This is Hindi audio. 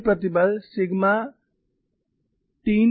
अन्य प्रतिबल सिग्मा 3 0 है